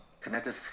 connected